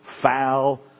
foul